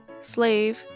Slave